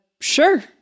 sure